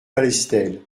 palestel